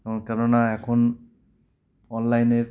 এবং কেন না এখন অনলাইনের